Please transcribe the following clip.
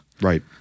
Right